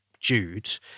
Jude